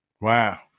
Wow